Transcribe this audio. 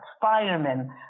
firemen